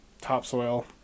topsoil